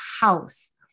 house